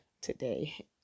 today